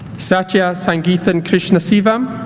satthya sangheethan krishnasivam